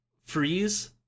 freeze